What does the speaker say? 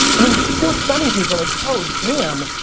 i mean, it's still stunning to people like, oh damn.